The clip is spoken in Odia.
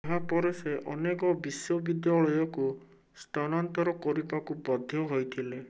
ଏହା ପରେ ସେ ଅନେକ ବିଶ୍ୱବିଦ୍ୟାଳୟକୁ ସ୍ଥାନାନ୍ତର କରିବାକୁ ବାଧ୍ୟ ହୋଇଥିଲେ